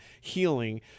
healing